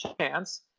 chance